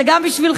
זה גם בשבילכם,